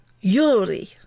Yuri